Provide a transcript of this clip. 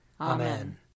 Amen